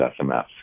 SMS